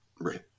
Right